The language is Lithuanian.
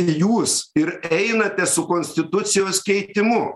jūs ir einate su konstitucijos keitimu